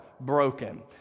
broken